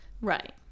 right